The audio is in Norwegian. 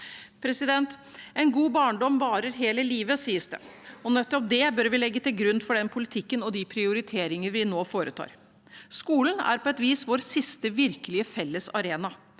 innflytelse. En god barndom varer hele livet, sies det, og nettopp det bør vi legge til grunn for den politikken og de prioriteringene vi nå foretar. Skolen er på et vis vår siste virkelige fellesarena.